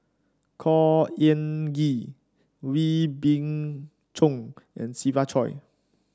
Khor Ean Ghee Wee Beng Chong and Siva Choy